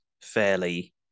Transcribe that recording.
fairly